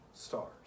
stars